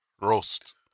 Roast